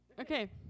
Okay